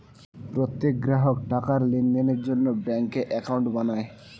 প্রত্যেক গ্রাহক টাকার লেনদেন করার জন্য ব্যাঙ্কে অ্যাকাউন্ট বানায়